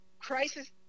crisis